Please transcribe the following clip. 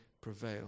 prevail